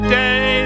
day